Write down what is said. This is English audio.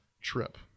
trip